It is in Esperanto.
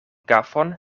kafon